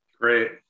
great